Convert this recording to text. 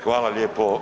Hvala lijepo.